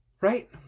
Right